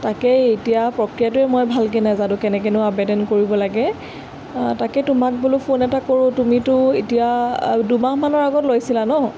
তাকেই এতিয়া প্ৰক্ৰিয়াটোৱে মই ভালকৈ নাজানোঁ কেনেকৈনো আবেদন কৰিব লাগে তাকে তোমাক বোলো ফোন এটা কৰোঁ তুমিতো এতিয়া দুমাহমানৰ আগত লৈছিলা ন